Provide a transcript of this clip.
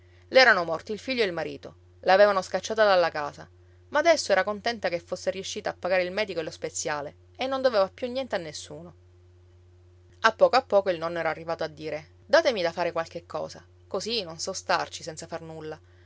le erano morti il figlio e il marito l'avevano scacciata dalla casa ma adesso era contenta che fosse riescita a pagare il medico e lo speziale e non doveva più niente a nessuno a poco a poco il nonno era arrivato a dire datemi da fare qualche cosa così non so starci senza far nulla